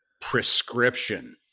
prescription